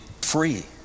free